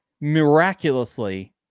miraculously